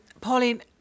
Pauline